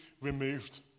removed